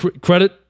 Credit